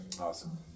Awesome